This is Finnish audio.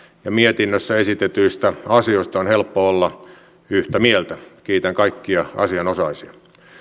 ja mietinnössä esitetyistä asioista on helppo olla yhtä mieltä kiitän kaikkia asianosaisia